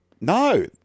No